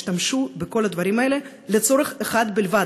ישתמשו בכל הדברים האלה לצורך אחד בלבד: